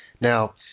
now